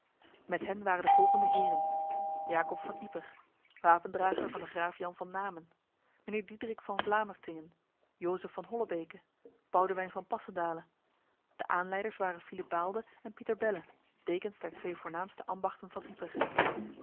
met hen waren de volgende heren jacob van leper wapendrager van de graaf jan van namen mijnheer diederik van vlamertinge josef van hollebeke boudewyn van passendale de aanleiders waren philip baelde en pieter belle dekens der twee voornaamste ambachten van